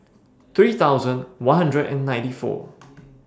three thousand one hundred and ninety four